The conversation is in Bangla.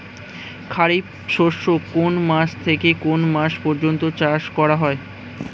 খারিফ শস্য কোন মাস থেকে কোন মাস পর্যন্ত চাষ করা হয়?